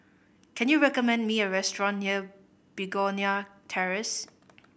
can you recommend me a restaurant near Begonia Terrace